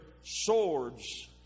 swords